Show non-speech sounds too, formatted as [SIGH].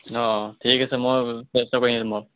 অঁ ঠিক আছে মই চেষ্টা কৰিম [UNINTELLIGIBLE]